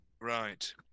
Right